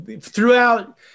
throughout